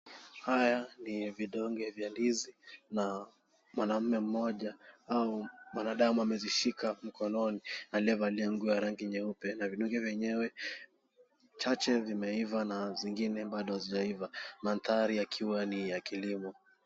Haya ni vidonge vya ndizi na mwanaume mmoja au mwanadamu amezishika mkononi aliyevalia nguo ya rangi nyeupe na vidonge vyenyewe chache vimeiva na zingine bado hazijaiva. Mandhari yakiwa ni ya kilimo.